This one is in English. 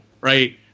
right